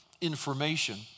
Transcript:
information